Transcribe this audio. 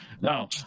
No